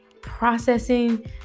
processing